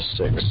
six